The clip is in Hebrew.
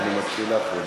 הנה, אני מסכים לך.